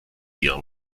ihrem